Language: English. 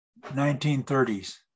1930s